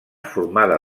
formada